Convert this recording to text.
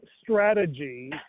strategy